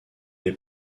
est